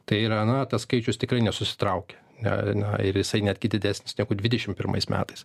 tai yra na tas skaičius tikrai nesusitraukė na na ir jisai netgi didesnis negu dvidešim pirmais metais